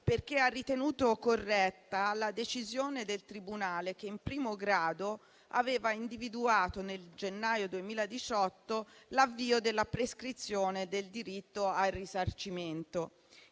perché ha ritenuto corretta la decisione del tribunale che in primo grado aveva individuato, nel gennaio 2018, l'avvio della prescrizione del diritto al risarcimento.